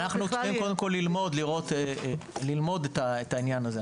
בכלל יהיה --- אנחנו צריכים קודם כול ללמוד את העניין הזה,